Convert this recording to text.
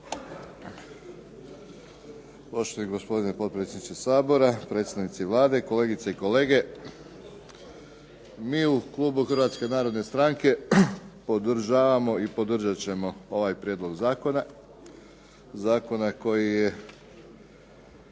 Poštovani gospodine potpredsjedniče Sabora, predstavnici Vlade, kolegice i kolege. Mi u klubu Hrvatske narodne stranke podržavamo i podržat ćemo ovaj prijedlog zakona. Zakona koji je